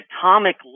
atomic